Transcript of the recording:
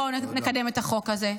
בואו נקדם את החוק הזה.